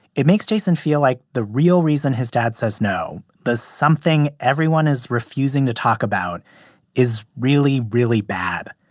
it makes jason feel like the real reason his dad says no, the something everyone is refusing to talk about is really, really bad.